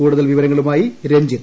കൂടുതൽ വിവരങ്ങളുമായി രഞ്ജിത്ത്